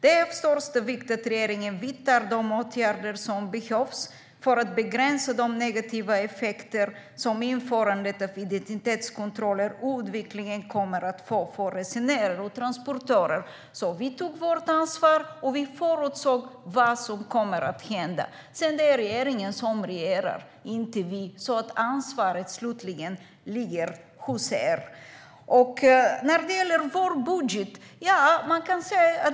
Det är av största vikt att regeringen vidtar de åtgärder som behövs för att begränsa de negativa effekter som införandet av identitetskontroller oundvikligen kommer att få för resenärer och transportörer. Vi tog vårt ansvar, och vi förutsåg vad som kommer att hända. Sedan är det regeringen som regerar, inte vi. Ansvaret ligger hos er. Sedan var det frågan om vår budget.